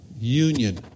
union